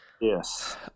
yes